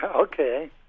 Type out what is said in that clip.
Okay